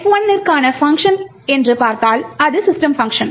எனவே F1 இற்கான function என்று பார்த்தால் அது system பங்க்ஷன்